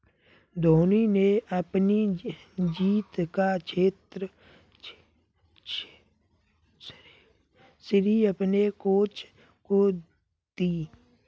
धोनी ने अपनी जीत का श्रेय अपने कोच को दी